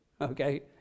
okay